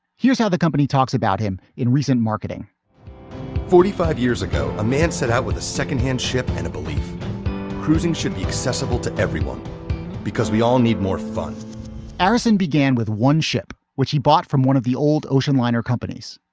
here's how the company talks about him in recent marketing forty five years ago, a man set out with a second hand ship and a belief cruising should be accessible to everyone because we all need more fun arrison began with one ship which he bought from one of the old ocean liner companies.